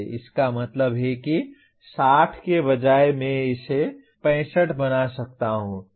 इसका मतलब है कि 60 के बजाय मैं इसे 65 बना सकता हूं